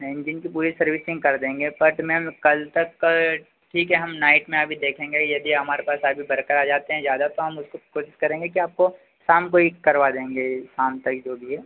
engine की पूरी servicing कर देंगे बट मैम कल तक का ठीक है हम नाइट में अभी देखेंगे यदि हमारे पास अभी वर्कर आ जाते हैं ज़्यादा तो हम उसको कोशिश करेंगे कि आपको शाम को ही करवा देंगे शाम तक जो भी है